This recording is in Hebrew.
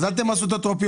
אז אל תמסו את הטרופיות,